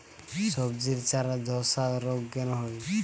সবজির চারা ধ্বসা রোগ কেন হয়?